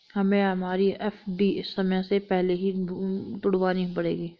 हमें हमारी एफ.डी समय से पहले ही तुड़वानी पड़ेगी